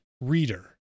reader